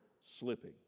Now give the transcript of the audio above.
slipping